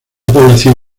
población